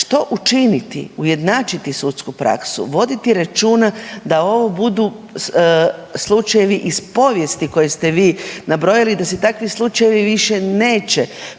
što učiniti ujednačiti sudsku praksu, voditi računa da ovo budu slučajevi iz povijesti koje ste vi nabrojili, da se takvi slučajevi više neće